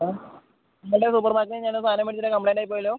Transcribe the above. ആ ഇന്നലെ സൂപ്പർ മാർക്കറ്റിൽ നിന്ന് ഞാനൊരു സാധനം മേടിച്ചിട്ട് അത് കംപ്ലയിൻ്റ് ആയിപ്പോയല്ലോ